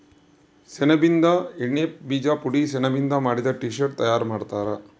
ಸೆಣಬಿನಿಂದ ಎಣ್ಣೆ ಬೀಜ ಪುಡಿ ಸೆಣಬಿನಿಂದ ಮಾಡಿದ ಟೀ ಶರ್ಟ್ ತಯಾರು ಮಾಡ್ತಾರ